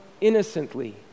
innocently